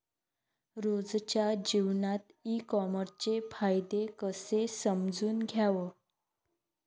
रोजच्या जीवनात ई कामर्सचे फायदे कसे समजून घ्याव?